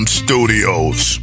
studios